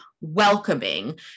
welcoming